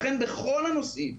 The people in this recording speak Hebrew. לכן בכל הנושאים,